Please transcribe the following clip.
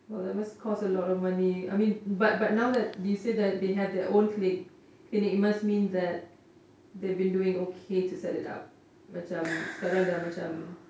!wow! that must cost a lot of money I mean but but now that you said that they have their own clinic clinic must mean that they must be doing okay to set it up macam sekarang dah macam